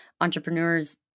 entrepreneur's